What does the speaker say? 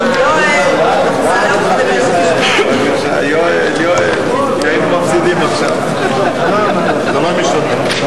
קבוצת סיעת חד"ש וקבוצת סיעת רע"ם-תע"ל לסעיף 1 לא נתקבלה.